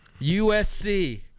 USC